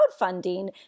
crowdfunding